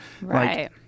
Right